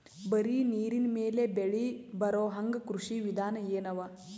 ಬರೀ ನೀರಿನ ಮೇಲೆ ಬೆಳಿ ಬರೊಹಂಗ ಕೃಷಿ ವಿಧಾನ ಎನವ?